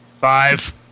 Five